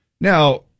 Now